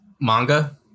manga